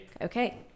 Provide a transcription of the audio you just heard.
Okay